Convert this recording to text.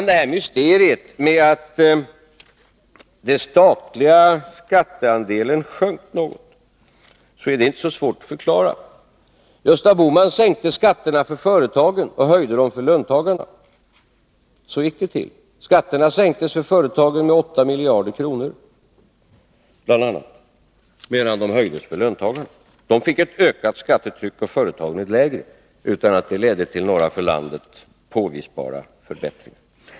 Det här mysteriet med att den statliga skatteandelen sjönk något är inte så svårt att förklara. Gösta Bohman sänkte skatterna för företagen och höjde dem för löntagarna. Så gick det till. Skatterna sänktes för företagen med 8 miljarder kronor, medan de höjdes för löntagarna. De fick ett ökat skattetryck och företagen ett lägre, utan att det ledde till några för landet påvisbara förbättringar.